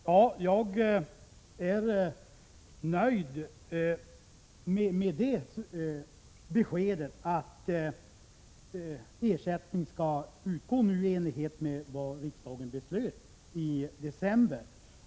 Herr talman! Jag är nöjd med beskedet att ersättning nu skall utgå i enlighet med vad riksdagen beslutade i december.